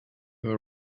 were